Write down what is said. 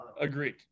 Agreed